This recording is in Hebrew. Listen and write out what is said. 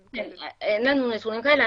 אין לנו נתונים כאלה.